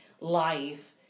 life